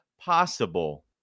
possible